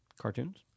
Cartoons